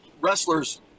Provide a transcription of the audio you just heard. wrestler's